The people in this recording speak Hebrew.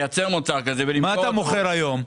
לייצר מוצר כזה ולמכור אותו או לייבא אותו --- מה אתה מוכר כיום?